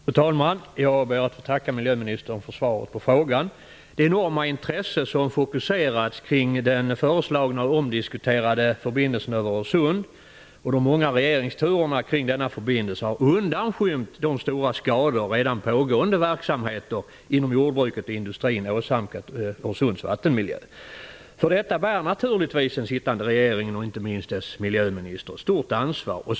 Fru talman! Jag ber att få tacka miljöministern för svaret på frågan. Det enorma intresse som har fokuserats kring den föreslagna och omdiskuterade förbindelsen över Öresund och de många regeringsturerna kring denna förbindelse har undanskymt de stora skador redan pågående verksamheter inom jordbruket och industrin har åsamkat Öresunds vattenmiljö. För detta bär naturligtvis den sittande regeringen och inte minst dess miljöminister ett stort ansvar.